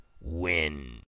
win